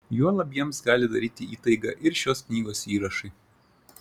juolab jiems gali daryti įtaigą ir šios knygos įrašai